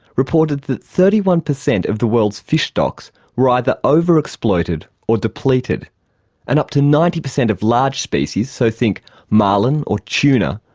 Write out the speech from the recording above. reported that thirty one percent of the world's fish stocks were either over exploited or depleted and up to ninety percent of large species, so think marlin or tuna,